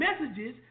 messages